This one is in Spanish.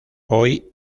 hoy